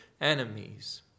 enemies